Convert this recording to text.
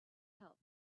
help